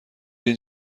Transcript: این